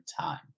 time